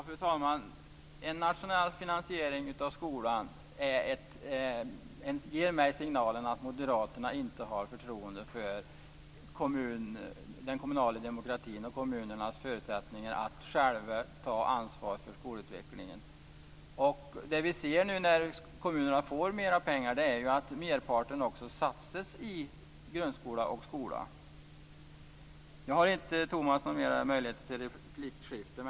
Fru talman! En nationell finansiering av skolan ger mig signalen att moderaterna inte har förtroende för den kommunala demokratin och kommunernas förutsättningar att själva ta ansvar för skolutvecklingen. Det vi ser när kommunerna får mera pengar är att merparten också satsas på grundskola och skola. Nu har inte Tomas någon möjlighet till fler repliker.